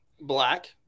black